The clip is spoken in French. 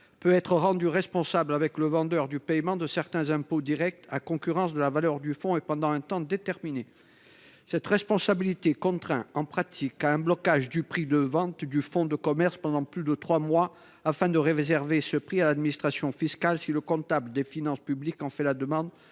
peut être rendu responsable avec le vendeur du paiement de certains impôts directs, à concurrence de la valeur du fonds et pendant un temps déterminé. Cette responsabilité contraint, en pratique, à un blocage du prix de vente du fonds de commerce pendant plus de trois mois, afin de réserver ce prix à l’administration fiscale si le comptable des finances publiques en fait la demande